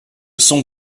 sont